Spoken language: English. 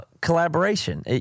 collaboration